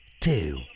two